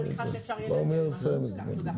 מניחה שאפשר יהיה להגיע למשהו מוסכם.